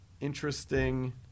interesting